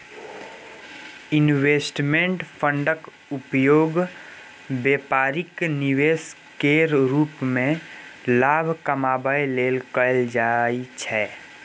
investment फंडक उपयोग बेपारिक निवेश केर रूप मे लाभ कमाबै लेल कएल जाइ छै